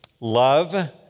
love